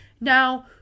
Now